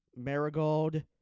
Marigold